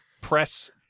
press